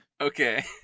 Okay